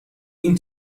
این